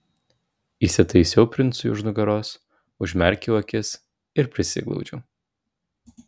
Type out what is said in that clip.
įsitaisiau princui už nugaros užmerkiau akis ir prisiglaudžiau